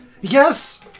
Yes